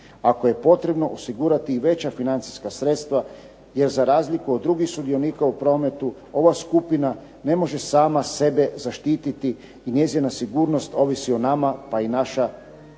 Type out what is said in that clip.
Ako je potrebno, osigurati i veća financijska sredstva jer za razliku od drugih sudionika u prometu ova skupina ne može sama sebe zaštiti i njezina sigurnost ovisi o nama, pa je naša